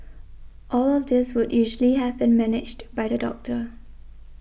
all of this would usually have been managed by the doctor